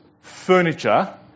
furniture